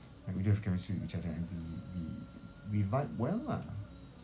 I mean we do have chemistry with each other and we we vibe well ah